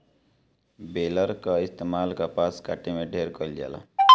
baler कअ इस्तेमाल कपास काटे में ढेर कइल जाला